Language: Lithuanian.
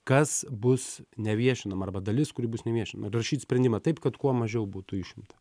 kas bus neviešinama arba dalis kuri bus neviešin rašyt sprendimą taip kad kuo mažiau būtų išimta